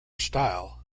style